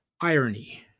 irony